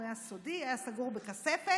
הוא היה סודי, היה סגור בכספת.